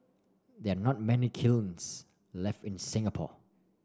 there are not many kilns left in Singapore